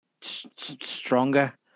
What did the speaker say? stronger